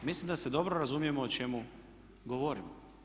Mislim da se dobro razumijemo o čemu govorimo.